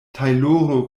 tajloro